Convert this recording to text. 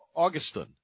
Augustin